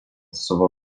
savo